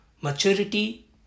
Maturity